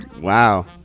wow